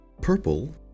purple